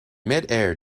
midair